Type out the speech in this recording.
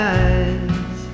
eyes